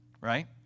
Right